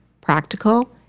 practical